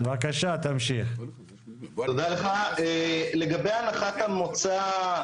לגבי הנחת המוצא,